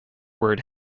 word